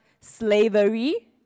slavery